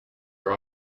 are